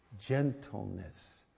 gentleness